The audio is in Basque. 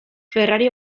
ferrari